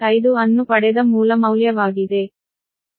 5 ಅನ್ನು ಪಡೆದ ಮೂಲ ಮೌಲ್ಯವಾಗಿದೆ